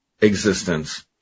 existence